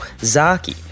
Zaki